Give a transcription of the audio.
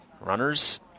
Runners